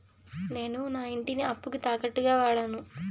నేను నా ఇంటిని అప్పుకి తాకట్టుగా వాడాను